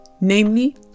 namely